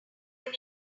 name